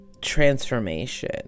transformation